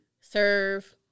serve